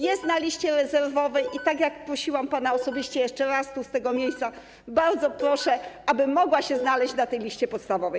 Jest ona na liście rezerwowej i tak jak prosiłam pana osobiście, jeszcze raz z tego miejsca bardzo proszę, aby mogła się znaleźć na tej liście podstawowej.